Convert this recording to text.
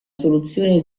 soluzione